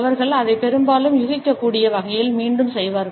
அவர்கள் அதை பெரும்பாலும் யூகிக்கக்கூடிய வகையில் மீண்டும் செய்வார்கள்